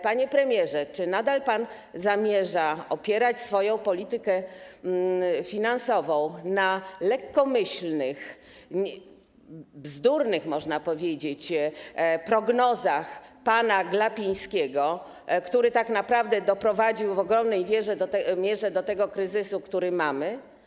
Panie premierze, czy nadal zamierza pan opierać swoją politykę finansową na lekkomyślnych, bzdurnych, można powiedzieć, prognozach pana Glapińskiego, który tak naprawdę doprowadził w ogromnej mierze do kryzysu, jaki mamy?